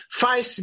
faz